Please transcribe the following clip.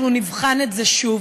אנחנו נבחן את זה שוב.